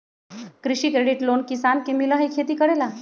कृषि credit loan किसान के मिलहई खेती करेला?